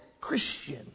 Christian